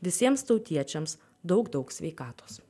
visiems tautiečiams daug daug sveikatos